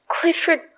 Clifford